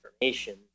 information